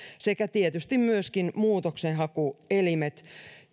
sekä tietysti myöskin muutoksenhakuelimet